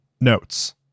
Notes